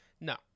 No